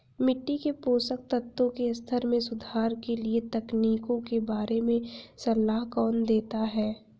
मिट्टी के पोषक तत्वों के स्तर में सुधार के लिए तकनीकों के बारे में सलाह कौन देता है?